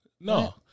No